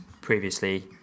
Previously